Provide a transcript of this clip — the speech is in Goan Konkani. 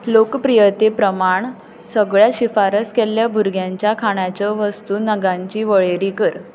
लोकप्रियते प्रमाण सगळ्या शिफारस केल्ल्या भुरग्यांच्या खाणाच्यो वस्तू नगांची वळेरी कर